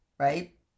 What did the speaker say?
right